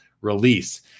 release